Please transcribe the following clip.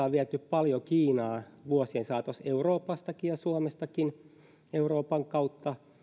on viety vuosien saatossa paljon kiinaan euroopastakin ja suomestakin euroopan kautta